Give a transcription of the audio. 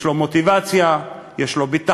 יש לו מוטיבציה, יש לו ביטחון,